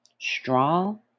strong